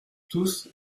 tous